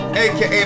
aka